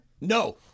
No